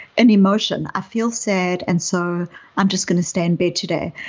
an emotion, i feel sad and so i'm just going to stay in bed today.